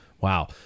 wow